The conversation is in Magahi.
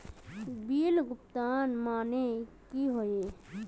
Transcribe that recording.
बिल भुगतान माने की होय?